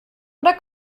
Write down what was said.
oder